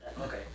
Okay